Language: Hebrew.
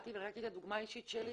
הבאתי את הדוגמה האישית שלי,